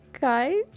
Guys